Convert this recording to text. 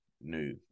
new